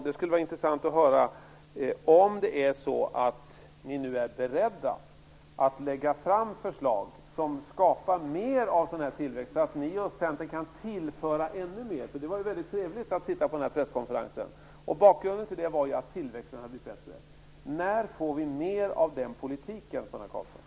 Det skulle vara intressant att höra om ni nu är beredda att lägga fram förslag som skapar mer av tillväxt, så att ni och Centern kan tillföra ännu mer. Det var mycket trevligt att sitta på presskonferensen, och bakgrunden till det var att tillväxten hade blivit bättre. När får vi mer av den politiken, Sonia